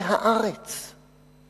היא הארץ,/